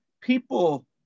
People